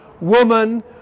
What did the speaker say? woman